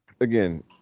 again